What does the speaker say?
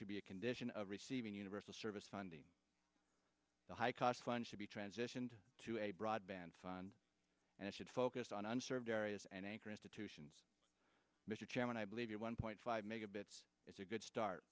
should be a condition of receiving universal service funding the high cost fund should be transitioned to a broadband fund and it should focus on underserved areas and anchor institutions mr chairman i believe you're one point five megabits it's a good start